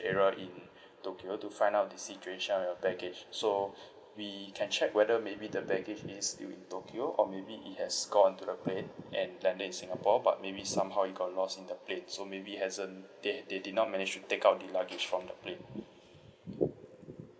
area in tokyo to find out the situation of your baggage so we can check whether maybe the baggage is still in tokyo or maybe it has gone to the plane and landed in singapore but maybe somehow it got lost in the plane so maybe hasn't they they did not manage to take out the luggage from the plane